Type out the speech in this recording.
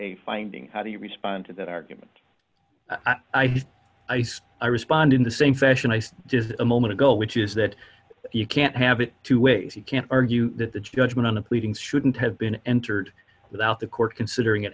a finding how do you respond to that argument i did i respond in the same fashion i just a moment ago which is that you can't have it two ways you can argue that the judgement on the pleadings shouldn't have been entered without the court considering an